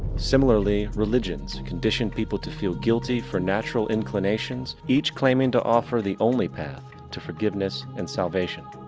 similarly, religions condition people to feel guilty for natural inclination, each claiming to offer the only path to forgiveness and salvation.